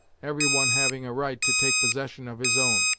every one having a right to take possession of his own.